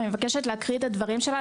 ואני מבקשת להקריא את הדברים שלה,